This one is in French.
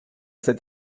cet